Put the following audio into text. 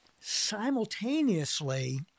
Simultaneously